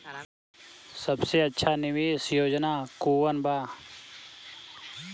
सबसे अच्छा निवेस योजना कोवन बा?